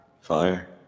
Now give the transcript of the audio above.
Fire